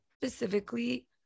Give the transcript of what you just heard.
specifically